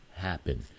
happen